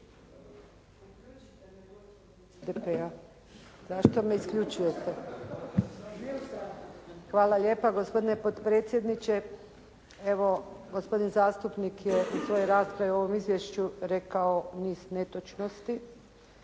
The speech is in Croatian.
se ne razumije./ … Hvala lijepa gospodine potpredsjedniče. Evo gospodin zastupnik je u svojoj raspravi o ovoj izjavi rekao niz netočnosti